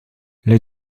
les